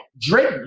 Drake